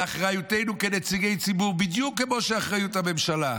ואחריותנו כנציגי ציבור, בדיוק כמו אחריות הממשלה,